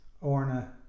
Orna